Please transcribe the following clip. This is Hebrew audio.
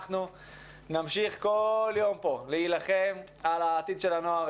אנחנו נמשיך כל יום כאן להילחם על העתיד של הנוער,